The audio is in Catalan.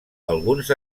alguns